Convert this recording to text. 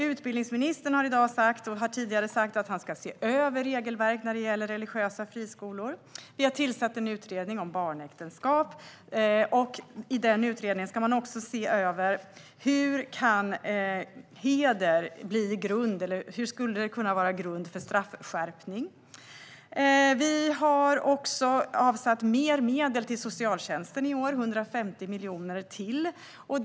Utbildningsministern har både i dag och tidigare sagt att han ska se över regelverken när det gäller religiösa friskolor. Vi har tillsatt en utredning om barnäktenskap. I den utredningen ska man också se över hur heder skulle kunna bli grund för straffskärpning. Vi har också avsatt mer medel till socialtjänsten i år, ytterligare 150 miljoner.